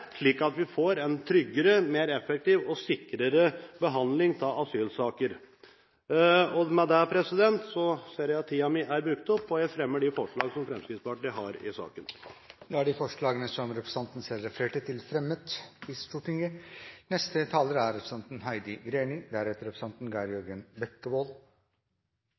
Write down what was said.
slik at vi får en tryggere, sikrere, og mer effektiv behandling av asylsaker. Med dette – siden jeg ser at tiden er ute – fremmer jeg de forslag som Fremskrittspartiet har i saken. Representanten Morten Ørsal Johansen har tatt opp de forslagene han refererte til. Senterpartiet vil føre en innvandringspolitikk som setter menneskeverdet i